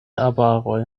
arbaroj